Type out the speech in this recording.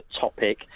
topic